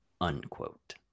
Unquote